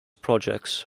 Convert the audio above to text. projects